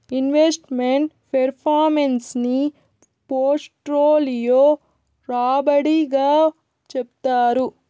invest meant performance ని portfolio రాబడి గా చెప్తారు